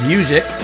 Music